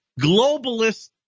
globalist